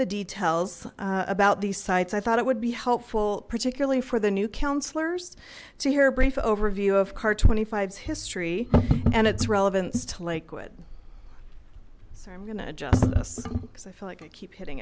the details about these sites i thought it would be helpful particularly for the new counsellors to hear a brief overview of car twenty five's history and its relevance to lakewood so i'm going to just because i feel like keep